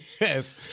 Yes